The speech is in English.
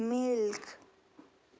milk